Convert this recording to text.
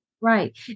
Right